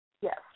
Yes